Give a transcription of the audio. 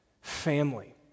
Family